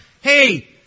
Hey